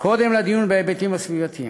קודם לדיון בהיבטים הסביבתיים.